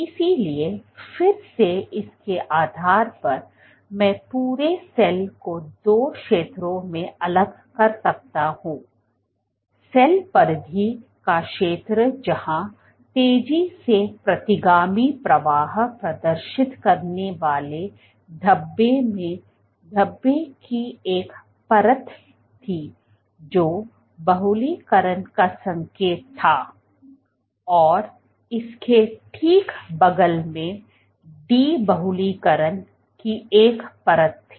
इसलिए फिर से इसके आधार पर मैं पूरे सेल को दो क्षेत्रों में अलग कर सकता हूं सेल परिधि का क्षेत्र जहां तेजी से प्रतिगामी प्रवाह प्रदर्शित करने वाले धब्बे में धब्बे की एक परत थी जो बहुलीकरण का संकेत था और इसके ठीक बगल में डी बहुलीकरण की एक परत थी